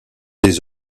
des